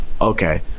okay